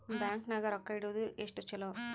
Bank ನಾಗ ರೊಕ್ಕ ಇಡುವುದು ಎಷ್ಟು ಚಲೋ?